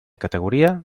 categoria